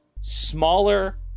smaller